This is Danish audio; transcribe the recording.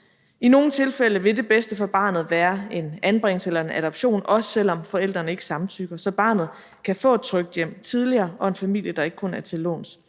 I nogle tilfælde vil det bedste for barnet være en anbringelse eller en adoption, også selv om forældrene ikke samtykker, så barnet kan få et trygt hjem tidligere og en familie, der ikke kun er til låns.